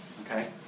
okay